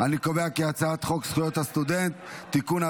חוק זכויות הסטודנט (תיקון,